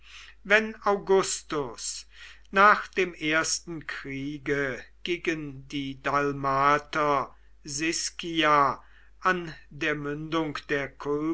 wenn augustus nach dem ersten kriege gegen die dalmater siscia an der mündung der